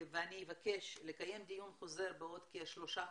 ואני אבקש, לקיים דיון חוזר בעוד כשלושה חודשים,